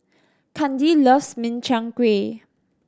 Kandi loves Min Chiang Kueh